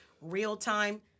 real-time